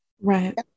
right